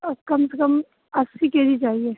और कम से कम अस्सी के जी चाहिए